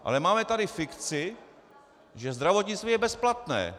Ale máme tady fikci, že zdravotnictví je bezplatné.